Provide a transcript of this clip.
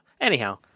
anyhow